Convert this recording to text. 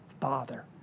Father